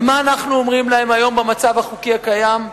ומה אנחנו אומרים להם במצב החוקי הקיים?